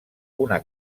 una